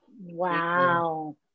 Wow